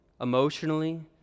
emotionally